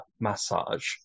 massage